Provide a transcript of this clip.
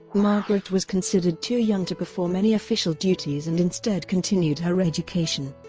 margaret was considered too young to perform any official duties and instead continued her education.